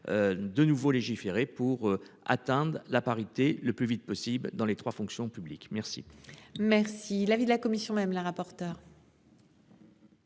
De nouveaux légiférer pour atteindre la parité, le plus vite possible dans les 3 fonctions publiques. Merci. Merci l'avis de la commission, même la rapporteure.